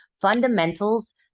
fundamentals